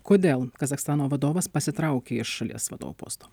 kodėl kazachstano vadovas pasitraukė iš šalies vadovo posto